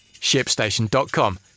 ShipStation.com